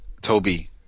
Toby